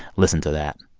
listen to that,